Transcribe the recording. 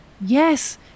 Yes